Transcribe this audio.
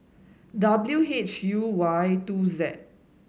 W H U Y two Z